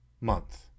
month